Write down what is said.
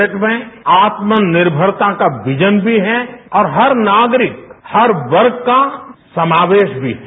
budget में आत्मनिर्भरता का विजन भी है और हर नागरिक हर वर्ग का समावेश भी है